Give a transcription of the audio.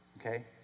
Okay